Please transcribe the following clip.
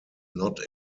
not